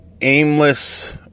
aimless